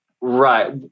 Right